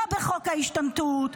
לא בחוק ההשתמטות,